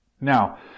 Now